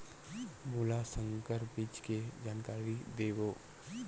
मोला संकर बीज के जानकारी देवो?